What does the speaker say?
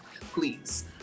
please